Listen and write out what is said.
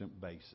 basis